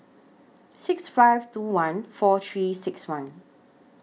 six five two one four three six one